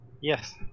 Yes